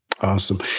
Awesome